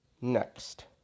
Next